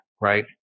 right